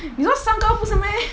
你说三个不是 meh